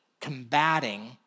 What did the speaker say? combating